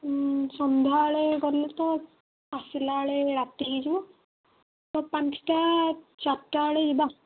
ଉଁ ସନ୍ଧ୍ୟାବେଳେ ଗଲେ ତ ଆସିଲା ବେଳେ ରାତି ହେଇଯିବ ତ ପାଞ୍ଚଟା ଚାରଟା ବେଳେ ଯିବା